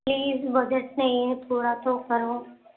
please budget نہیں ہے تھوڑا تو کرو